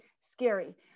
scary